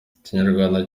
ikinyarwanda